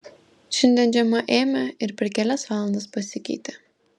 šiandien žiema ėmė ir per kelias valandas pasikeitė